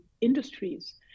industries